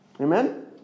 Amen